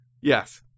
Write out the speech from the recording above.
Yes